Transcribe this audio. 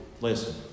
listen